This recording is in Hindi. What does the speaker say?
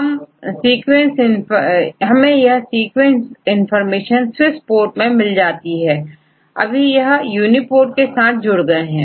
अब हमें सीक्वेंस इंफॉर्मेशनSwissPort मिल जाती है अभी यहUniProt के साथ जुड़ गए हैं